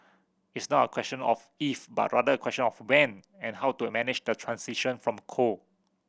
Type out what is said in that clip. it's not a question of if but rather a question of when and how to a manage the transition from coal